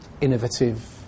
innovative